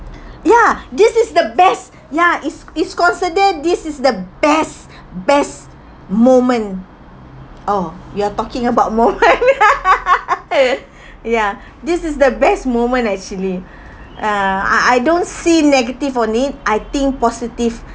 ya this is the best ya it's it's considered this is the best best moment orh you are talking about moment ya ya this is the best moment actually uh I I don't see negative only I think positive